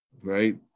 right